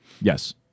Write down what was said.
Yes